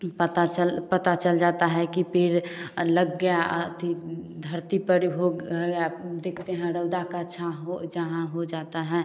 पता चल पता चल जाता है कि पेड़ लग गया अति धरती पर हो देखते हैं रौदा का छाह हो जहाँ हो जाता है